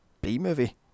b-movie